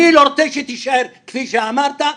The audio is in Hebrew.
אני רוצה שתישאר כפי שאמרת,